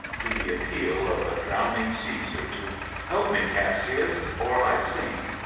to the appeal of a drowning caesar to help me, cassius, or i sink,